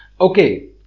okay